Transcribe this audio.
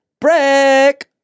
break